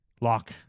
Lock